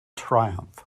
triumph